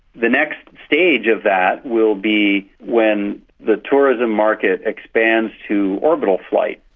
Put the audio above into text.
the next stage of that will be when the tourism market expands to orbital flight,